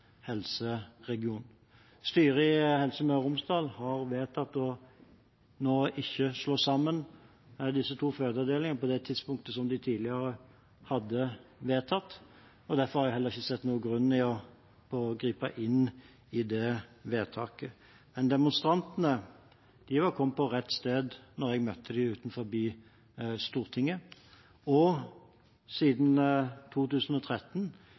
helseregionen. Styret i Helse Møre og Romsdal har nå vedtatt ikke å slå sammen disse to fødeavdelingene på det tidspunktet som de tidligere hadde vedtatt. Derfor har jeg heller ikke sett noen grunn til å gripe inn i det vedtaket. Men demonstrantene var kommet til rett sted da jeg møtte dem utenfor Stortinget. Og siden 2013